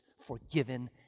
forgiven